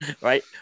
right